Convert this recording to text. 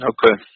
Okay